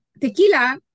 tequila